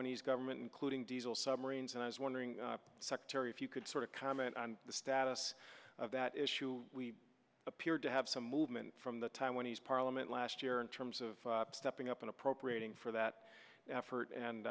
taiwanese government including diesel submarines and i was wondering secretary if you could sort of comment on the status of that issue we appear to have some movement from the time when he's parliament last year in terms of stepping up and appropriating for that effort and